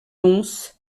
lons